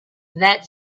that